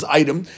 item